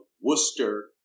Worcester